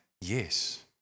yes